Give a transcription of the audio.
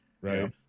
right